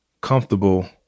comfortable